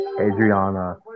Adriana